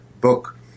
book